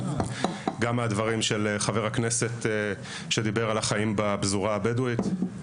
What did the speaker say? גם מהדברים של חבר הכנסת שדיבר על החיים בפזורה הבדואית,